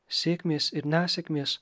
sėkmės ir nesėkmės